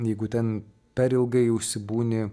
jeigu ten per ilgai užsibūni